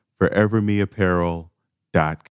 forevermeapparel.com